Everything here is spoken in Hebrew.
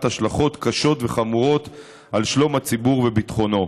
השלכות קשות וחמורות על שלום הציבור וביטחונו.